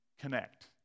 connect